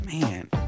man